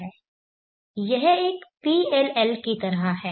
यह एक PLL की तरह है